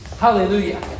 Hallelujah